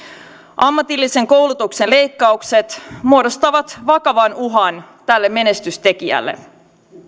ammatillisen koulutuksen leikkaukset muodostavat vakavan uhan tälle menestystekijälle